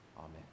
Amen